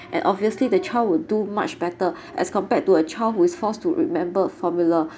and obviously the child would do much better as compared to a child who is forced to remember formula